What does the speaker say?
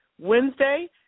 Wednesday